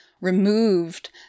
removed